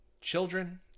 Children